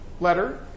letter